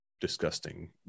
disgusting